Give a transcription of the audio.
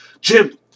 Jim